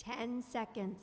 ten second